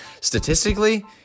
Statistically